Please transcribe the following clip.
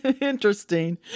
Interesting